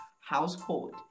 household